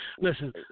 Listen